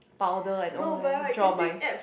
powder and all then draw on my